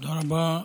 תודה רבה,